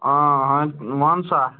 آ وَن سا